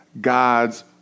God's